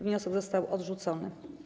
Wniosek został odrzucony.